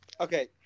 Okay